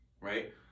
right